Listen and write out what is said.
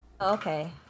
okay